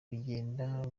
bigenda